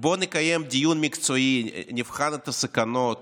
בוא נקיים דיון מקצועי, נבחן את הסכנות.